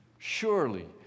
Surely